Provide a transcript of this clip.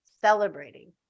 celebrating